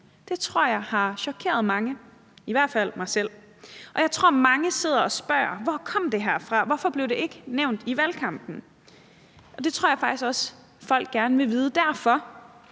det tror jeg har chokeret mange, i hvert fald mig selv. Og jeg tror, mange sidder og spørger: Hvor kom det her fra? Hvorfor blev det ikke nævnt i valgkampen? Og det tror jeg faktisk folk gerne vil vide. Derfor